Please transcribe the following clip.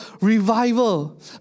revival